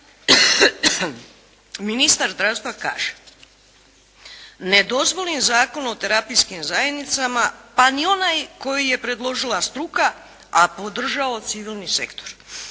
ministar zdravstva kaže ne dozvolim Zakon o terapijskim zajednicama, pa ni onaj koji je predložila struka, a podržao civilni sektor.